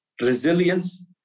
resilience